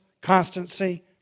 constancy